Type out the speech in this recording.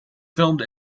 filmed